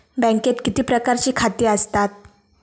बँकेत किती प्रकारची खाती आसतात?